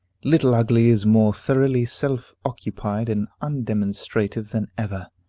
little ugly is more thoroughly self-occupied and undemonstrative than ever.